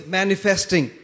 manifesting